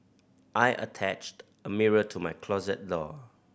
I attached a mirror to my closet door